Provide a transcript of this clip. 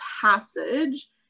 passage